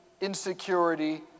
insecurity